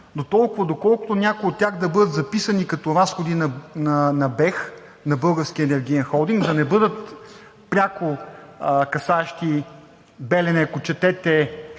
дотолкова, доколкото някои от тях да бъдат записани като разходи на Българския енергиен холдинг? Да не бъдат пряко касаещи „Белене“, ако четете